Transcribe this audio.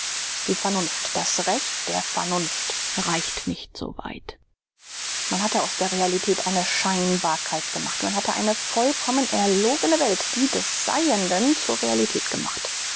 die vernunft das recht der vernunft reicht nicht so weit man hatte aus der realität eine scheinbarkeit gemacht man hatte eine vollkommen erlogne welt die des seienden zur realität gemacht